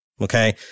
Okay